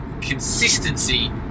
consistency